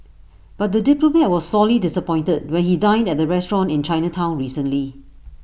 but the diplomat was sorely disappointed when he dined at the restaurant in Chinatown recently